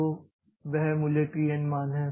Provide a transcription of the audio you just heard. तो वह मूल्य t n मान है